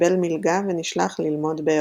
קיבל מלגה ונשלח ללמוד באירופה.